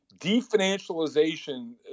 definancialization